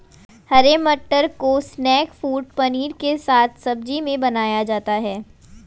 हरे मटर को snack food paneer के साथ सब्जी में बनाया जाता है